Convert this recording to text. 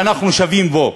שאנחנו שווים בו,